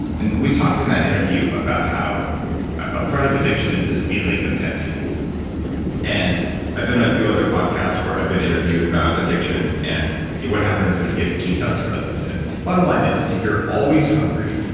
and we talked in that interview about how a part of addiction is this feeling of emptiness and i've been on a few other podcasts where i've been interviewed about addiction and what happens we'd get ketones present and bottom line is, if you're always hungry,